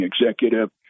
executive